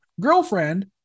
girlfriend